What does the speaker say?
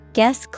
Guess